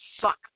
suck